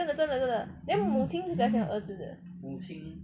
真的真的真的真的 then 母亲是比较喜欢儿子的